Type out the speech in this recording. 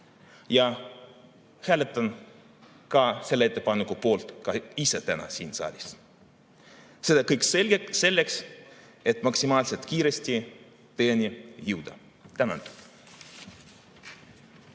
ja hääletan selle ettepaneku poolt ka ise täna siin saalis. Seda kõike selleks, et maksimaalselt kiiresti tõeni jõuda. Tänan!